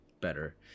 better